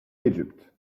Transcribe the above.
egypt